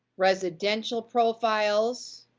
residential profiles,